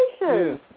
Yes